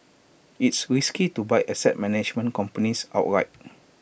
it's risky to buy asset management companies outright